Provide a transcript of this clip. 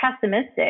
pessimistic